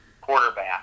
quarterback